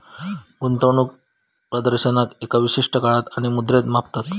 गुंतवणूक प्रदर्शनाक एका विशिष्ट काळात आणि मुद्रेत मापतत